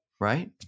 Right